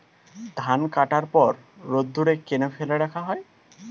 ধান কাটার পর রোদ্দুরে কেন ফেলে রাখা হয়?